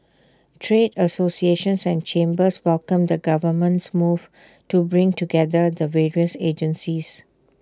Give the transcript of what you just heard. trade associations and chambers welcomed the government's move to bring together the various agencies